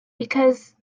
because